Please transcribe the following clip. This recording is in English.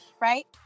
Right